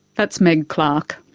that's meg clark.